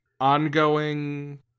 ongoing